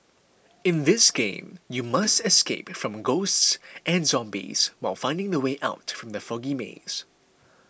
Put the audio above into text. in this game you must escape from ghosts and zombies while finding the way out from the foggy maze